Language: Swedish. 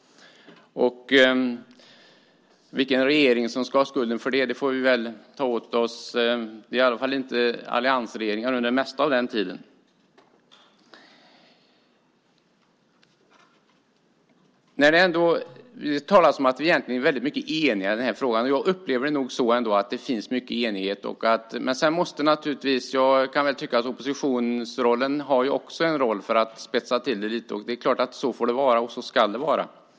Vilken regering ska få skulden för det? Det har i alla fall inte varit alliansregeringar under mesta delen av den tiden. Det talas om att vi är eniga i frågan. Jag upplever det som att det finns mycket enighet. Men jag kan tycka att oppositionen också har en roll för att spetsa till det lite. Så får det vara, och så ska det vara.